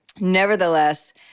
Nevertheless